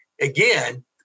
again